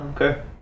Okay